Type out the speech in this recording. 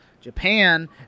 Japan